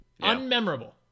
Unmemorable